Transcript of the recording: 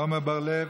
עמר בר-לב,